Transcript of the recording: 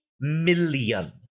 million